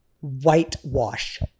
whitewash